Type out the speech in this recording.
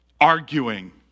arguing